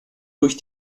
durch